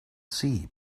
see